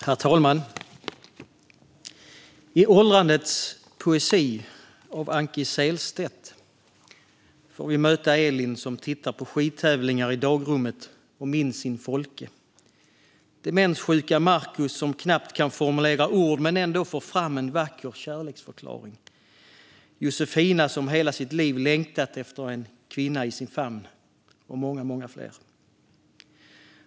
Herr talman! I Åldrandets poesi av Anki Sehlstedt får vi möta Elin, som tittar på skidtävlingar i dagrummet och minns sin Folke. Vi får möta demenssjuke Markus, som knappt kan formulera ord men ändå får fram en vacker kärleksförklaring. Vi får även möta Josefina, som hela sitt liv längtat efter en kvinna i sin famn, och många fler.